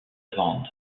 band